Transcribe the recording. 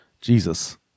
Jesus